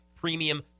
premium